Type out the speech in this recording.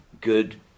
good